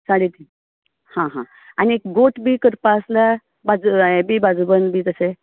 साडे तीन हां हां आनीक गोठ बी करपा आसल्यार बाजू हें बी बाजूबंद बी तशें